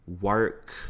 work